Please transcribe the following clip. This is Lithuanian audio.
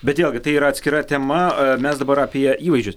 bet vėlgi tai yra atskira tema mes dabar apie įvaizdžius